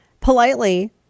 politely